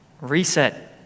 Reset